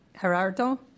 Gerardo